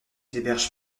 héberge